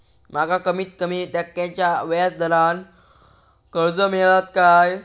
माका कमीत कमी टक्क्याच्या व्याज दरान कर्ज मेलात काय?